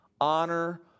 honor